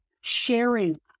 sharing